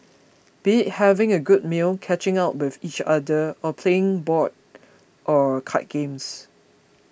be having a good meal catching up with each other or playing board or card games